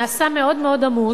נעשה מאוד מאוד עמוס,